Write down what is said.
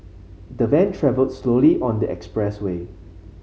the van travelled slowly on the express way